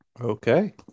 Okay